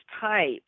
type